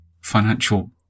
financial